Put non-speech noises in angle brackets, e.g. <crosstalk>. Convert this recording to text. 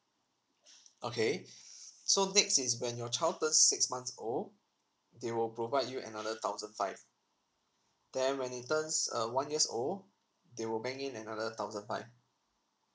<breath> okay <breath> so next is when your child turns six months old they will provide you another thousand five then when he turns uh one years old they will bank in another thousand five